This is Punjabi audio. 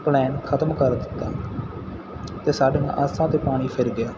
ਪਲੈਨ ਖਤਮ ਕਰ ਦਿੱਤਾ ਅਤੇ ਸਾਡੀਆਂ ਆਸਾਂ 'ਤੇ ਪਾਣੀ ਫਿਰ ਗਿਆ